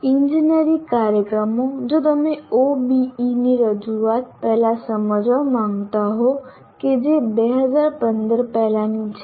ઇજનેરી કાર્યક્રમો જો તમે OBE ની રજૂઆત પહેલા સમજવા માંગતા હો કે જે 2015 પહેલાની છે